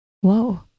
Whoa